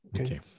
Okay